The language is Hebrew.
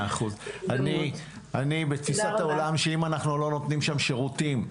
אני בתפיסת העולם שאם אנחנו לא נותנים שם שירותים,